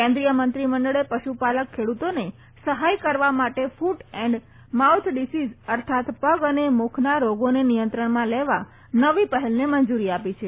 કેન્દ્રીય મંત્રી મંડળે પશુપાલક ખેડુતોને સહાય કરવા માટે ફુટ એન્ડ માઉથ ડીસીઝ અર્થાત પગ અને મુખના રોગોને નિયંત્રણમાં લેવા નવી પહેલને મંજુરી આપી છે